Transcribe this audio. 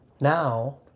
now